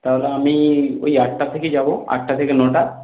তাহলে আমি ওই আটটা থেকে যাব আটটা থেকে নটা